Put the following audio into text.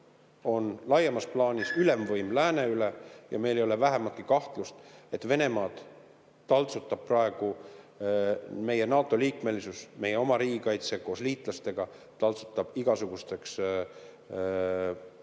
on laiemas plaanis ülemvõim lääne üle. Meil ei ole vähimatki kahtlust, et Venemaad taltsutab praegu meie NATO-liikmesus, meie oma riigikaitse koos liitlastega taltsutab igasugusteks